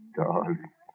darling